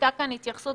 הייתה כאן התייחסות